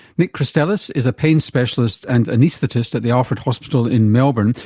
nick christelis is a pain specialist and anaesthetist at the alfred hospital in melbourne,